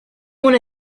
una